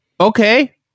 okay